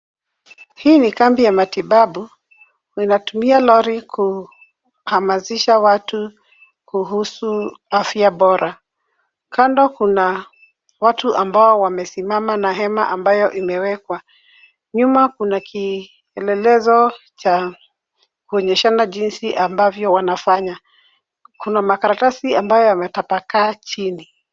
Hii ni kambi ya matibabu. Inatumia lori kuhamasisha watu kuhusu afya bora. Kando kuna watu ambao wamesimama na hema ambayo imewekwa. Nyuma kuna kielelezo cha kuonyeshana jinsi ambavyo wanafanya. Kuna makaratasi ambayo yametapakaa chini.